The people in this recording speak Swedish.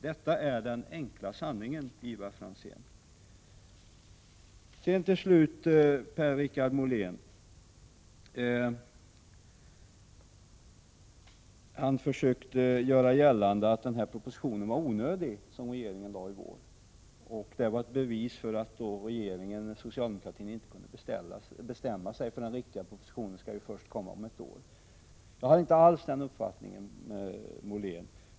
Det är den enkla sanningen, Ivar Franzén. Per-Richard Molén försökte göra gällande att den proposition som regeringen lade fram i våras var onödig. Den skulle vara ett bevis för att den socialdemokratiska regeringen inte kunde bestämma sig, eftersom den riktiga propositionen ju skulle komma först om ett år. Jag har inte alls den uppfattningen, Per-Richard Molén.